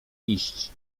iść